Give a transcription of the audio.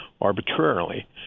arbitrarily